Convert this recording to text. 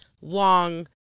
long